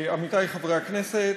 עמיתי חברי הכנסת,